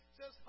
says